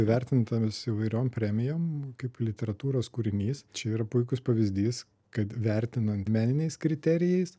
įvertintomis įvairiom premijom kaip literatūros kūrinys čia yra puikus pavyzdys kad vertinant meniniais kriterijais